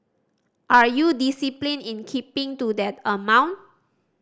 are you disciplined in keeping to that amount